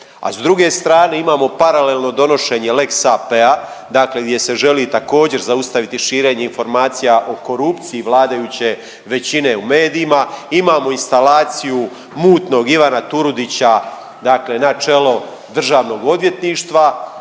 A s druge strane imamo paralelno donošenje lex AP-a gdje se želi također zaustaviti širenje informacija o korupciji vladajuće većine u medijima, imamo instalaciju mutnog Ivana Turudića na čelo državnog odvjetništva,